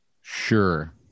sure